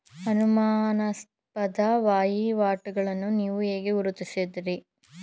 ಅನುಮಾನಾಸ್ಪದ ವಹಿವಾಟುಗಳನ್ನು ನೀವು ಹೇಗೆ ಗುರುತಿಸುತ್ತೀರಿ?